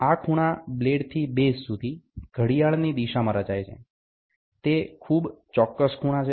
આ ખૂણા બ્લેડ થી બેઝ સુધીઘડિયાળની દિશામાં રચાય છે તે ખૂબ ચોક્કસ ખૂણા છે